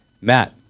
Matt